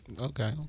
Okay